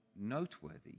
noteworthy